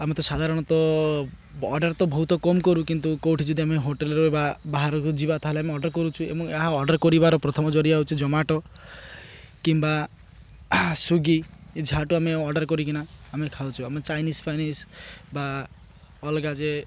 ଆମେତ ସାଧାରଣତଃ ଅର୍ଡ଼ର୍ତ ବହୁତ କମ୍ କରୁ କିନ୍ତୁ କେଉଁଠି ଯଦି ଆମେ ହୋଟେଲ୍ରେ ବାହାରକୁ ଯିବା ତା'ହେଲେ ଆମେ ଅର୍ଡ଼ର୍ କରୁଛୁ ଏବଂ ଏହା ଅର୍ଡ଼ର୍ କରିବାର ପ୍ରଥମ ଜରିଆ ହେଉଛି ଜମାଟୋ କିମ୍ବା ସ୍ଵିଗି ଏ ଯାହାଠୁ ଆମେ ଅର୍ଡ଼ର୍ କରିକିନା ଆମେ ଖାଉଛୁ ଆମେ ଚାଇନିଜ୍ ଫାଇନିଜ୍ ବା ଅଲଗା ଯେ